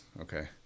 Okay